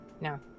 no